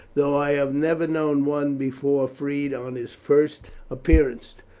though i have never known one before freed on his first appearance.